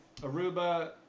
aruba